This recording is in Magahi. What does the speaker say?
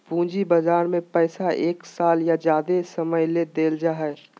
पूंजी बजार में पैसा एक साल या ज्यादे समय ले देल जाय हइ